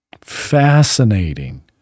Fascinating